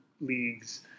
leagues